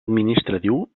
administratiu